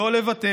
לא לוותר.